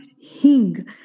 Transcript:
hing